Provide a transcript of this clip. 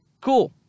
cool